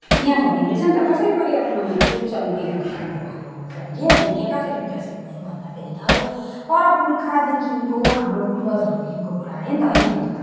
त्यहाँ भनिएको रहेछ नि त कसरी परिवारमा पुरुष अनि महिलाको कामको भाग लगाउँछन् यो भूमिका कसरी विकसित भन्दाखेरि त अब पर पर्खादेखिनको हाम्रो पूर्वजहरूदेखिनको कुरा आयो है नि त यहाँनिर अब